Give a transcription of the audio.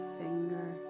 finger